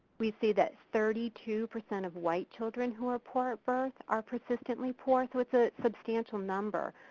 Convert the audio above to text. we see that thirty two percent of white children who are poor at birth are persistently poor, so its a substantial number.